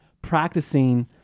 Practicing